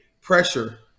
pressure